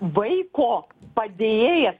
vaiko padėjėjas